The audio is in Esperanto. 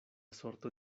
sorto